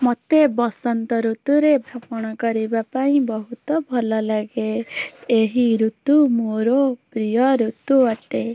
ମୋତେ ବସନ୍ତ ଋତୁରେ ଭ୍ରମଣ କରିବା ପାଇଁ ବହୁତ ଭଲ ଲାଗେ ଏହି ଋତୁ ମୋର ପ୍ରିୟ ଋତୁ ଅଟେ